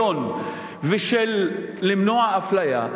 השוויון ושל מניעת אפליה,